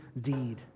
deed